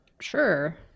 sure